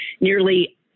nearly